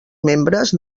membres